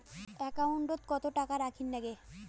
একাউন্টত কত টাকা রাখীর নাগে?